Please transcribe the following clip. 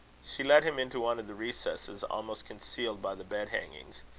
she led him into one of the recesses, almost concealed by the bed-hangings.